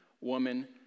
woman